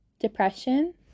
depression